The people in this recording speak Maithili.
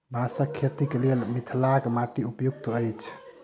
बाँसक खेतीक लेल मिथिलाक माटि उपयुक्त अछि